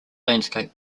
landscape